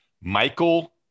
Michael